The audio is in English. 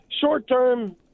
short-term